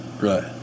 Right